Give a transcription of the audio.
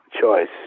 choice